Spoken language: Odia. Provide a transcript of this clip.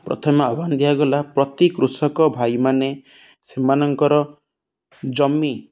ପ୍ରଥମେ ଆହ୍ୱାନ ଦିଆଗଲା ପ୍ରତି କୃଷକ ଭାଇମାନେ ସେମାନଙ୍କର ଜମି